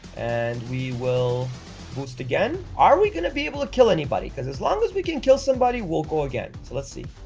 and we will boost again are we gonna be able to kill anybody because as long as we can kill somebody we'll go again, so let's see